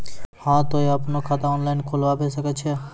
हाँ तोय आपनो खाता ऑनलाइन खोलावे सकै छौ?